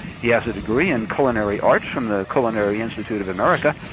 he has a degree in culinary arts from the culinary institute of america,